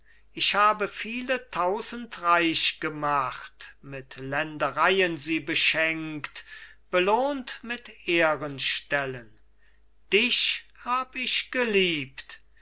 ich habe viele tausend reich gemacht mit ländereien sie beschenkt belohnt mit ehrenstellen dich hab ich geliebt